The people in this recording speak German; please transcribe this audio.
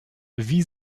wie